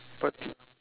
what tip